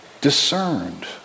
discerned